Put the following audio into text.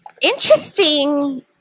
Interesting